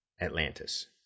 Atlantis